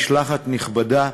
משלחת נכבדה,